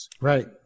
Right